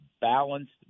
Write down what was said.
balanced